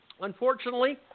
Unfortunately